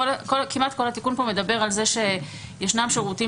כמעט כל התיקון פה מדבר על זה שישנם שירותים